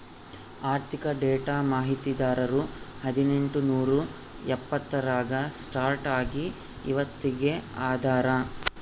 ಆರ್ಥಿಕ ಡೇಟಾ ಮಾಹಿತಿದಾರರು ಹದಿನೆಂಟು ನೂರಾ ಎಪ್ಪತ್ತರಾಗ ಸ್ಟಾರ್ಟ್ ಆಗಿ ಇವತ್ತಗೀ ಅದಾರ